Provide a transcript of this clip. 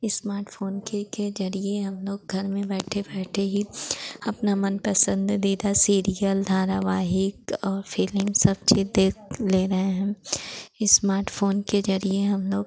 smartphone के के ज़रिए हम लोग घर में बैठे बैठे ही अपना मन पसंददीदा सीरियल धारावाहिक और फ़िलिम सब चीज़ देख ले रहे हैं इस्माटफ़ोन के ज़रिए हम लोग